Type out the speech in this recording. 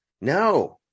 No